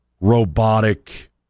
robotic